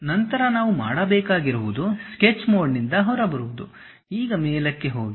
ನಂತರ ನಾವು ಮಾಡಬೇಕಾಗಿರುವುದು ಸ್ಕೆಚ್ ಮೋಡ್ನಿಂದ ಹೊರಬನ್ನಿ ಈಗ ಮೇಲಕ್ಕೆ ಹೋಗಿ